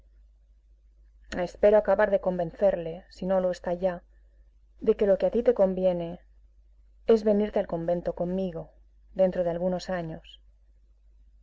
estero acabar de convencerle si no lo está ya de que lo que a ti te conviene es venirte al convento conmigo dentro de algunos años